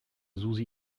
susi